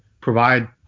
provide